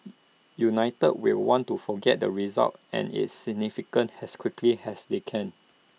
united will want to forget the result and its significance has quickly has they can